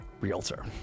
realtor